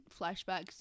flashbacks